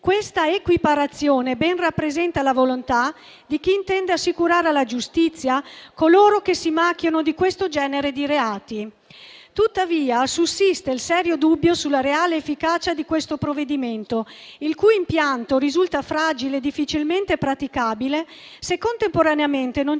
Questa equiparazione ben rappresenta la volontà di chi intende assicurare alla giustizia coloro che si macchiano di questo genere di reati. Tuttavia, sussiste il serio dubbio sulla reale efficacia di questo provvedimento, il cui impianto risulta fragile e difficilmente praticabile, se contemporaneamente non